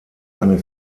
eine